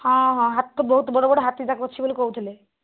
ହଁ ହଁ ହଁ ହାତୀ ବହୁତ ବଡ଼ ବଡ଼ ହାତୀ ଅଛି ବୋଲି କହୁଥିଲେ